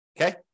Okay